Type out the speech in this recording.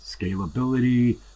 scalability